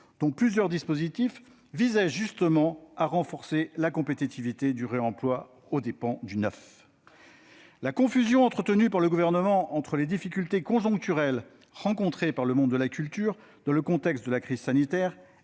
dont plusieurs dispositifs visaient justement à renforcer la compétitivité du réemploi aux dépens du neuf. Très bien ! La confusion entretenue par le Gouvernement entre les difficultés conjoncturelles rencontrées par le monde de la culture dans le contexte de la crise sanitaire